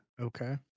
Okay